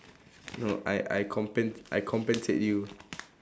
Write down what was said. no I I compen~ I compensate you